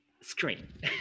screen